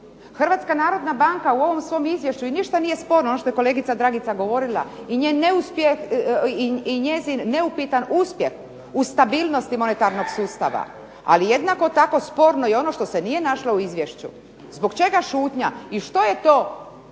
Hrvatska narodna banka u ovom svom Izvješću, ništa nije sporno, ono što je kolegica Dragica govorila i njezin neupitan uspjeh u stabilnosti monetarnog sustava. Ali jednako tako sporno je i ono što se nije našlo u izvješću. Zbog čega šutnja i što je to